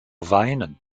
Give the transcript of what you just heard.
weinen